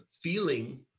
feeling